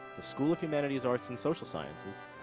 the school of humanities, arts, and social sciences,